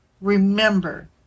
remember